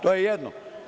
To je jedno.